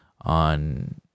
on